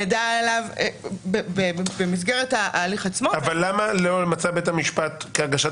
נדע עליו במסגרת ההליך עצמו --- אבל למה לא "מצא בית המשפט כי הגשת